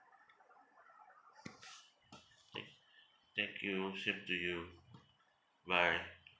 K thank you same to you bye